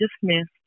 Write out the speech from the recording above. dismissed